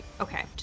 Okay